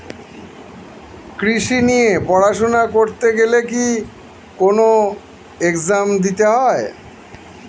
কৃষি নিয়ে পড়াশোনা করতে গেলে কি কোন এগজাম দিতে হয়?